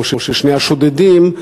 או שני השודדים,